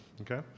okay